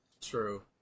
True